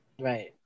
Right